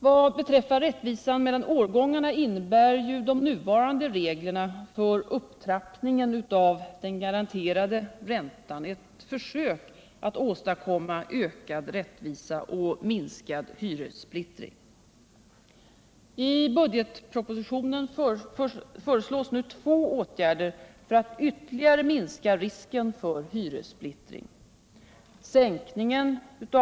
Vad beträffar rättvisan mellan årgångarna innebär ju de nuvarande reglerna för upptrappningen av den garanterade räntan ett försök att åstadkomma ökad rättvisa och minskad hyressplittring.